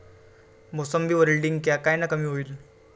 मोसंबीवरील डिक्या कायनं कमी होईल?